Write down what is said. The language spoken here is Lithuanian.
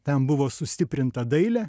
ten buvo sustiprinta dailė